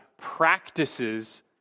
practices